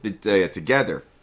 together